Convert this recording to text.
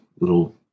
little